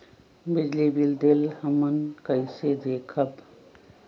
बिजली बिल देल हमन कईसे देखब?